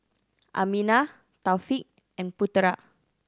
Aminah Taufik and Putera